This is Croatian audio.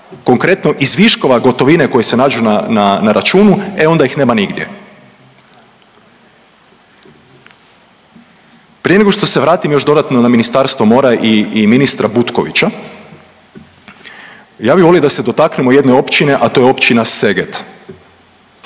konkretno iz viškova gotovine koje se nađu na, na, na računu, e onda ih nema nigdje. Prije nego što se vratim još dodatno na Ministarstvo mora i, i ministra Butkovića ja bi volio da se dotaknemo jedne općine, a to je Općina Seget.